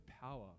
power